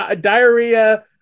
Diarrhea